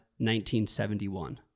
1971